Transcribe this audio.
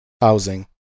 housing